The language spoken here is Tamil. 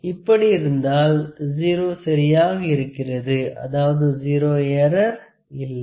இப்படி இருந்தால் 0 சரியாக இருக்கிறது அதாவது 0 எற்றர் இல்லை